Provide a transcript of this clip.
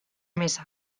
meza